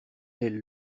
elle